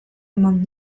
eman